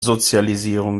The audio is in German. sozialisierung